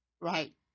Right